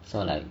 so like